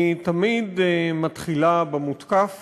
היא תמיד מתחילה במותקף